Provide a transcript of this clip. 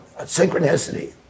Synchronicity